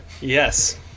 Yes